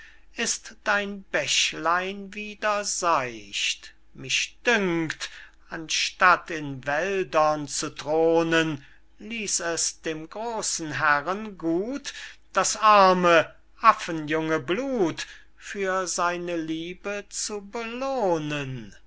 ist dein bächlein wieder seicht mich dünkt anstatt in wäldern zu thronen ließ es dem großen herren gut das arme affenjunge blut für seine liebe zu belohnen